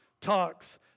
talks